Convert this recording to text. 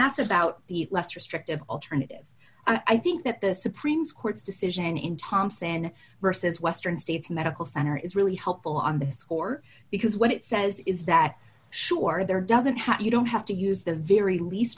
that's about the less restrictive alternative i think that the supreme court's decision in thompson says western states medical center is really helpful on this court because what it says is that sure there doesn't have you don't have to use the very least